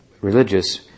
religious